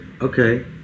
okay